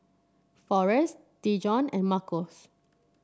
Forest Dejon and Marcos